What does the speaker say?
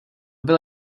byla